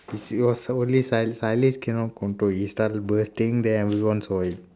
she was the only sudd~ suddenly cannot control he started bursting then everyone saw it